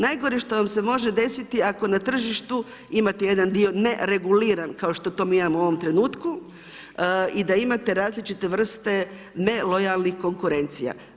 Najgore što vam se može desiti ako na tržištu imate jedan dio nereguliran, kao što to mi imamo u ovom trenutku i da imate različite vrste nelojalnih konkurencija.